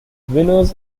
winners